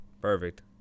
perfect